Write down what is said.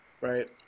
right